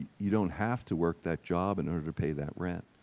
you don't have to work that job in order to pay that rent,